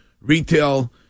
retail